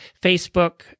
Facebook